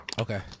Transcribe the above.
Okay